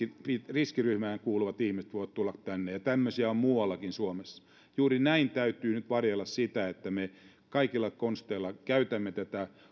riskiryhmään kuuluvat ihmiset voivat tulla tänne ja tämmöisiä on muuallakin suomessa juuri näin täytyy nyt varjella että me kaikilla konsteilla käytämme tätä